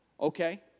Okay